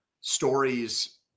stories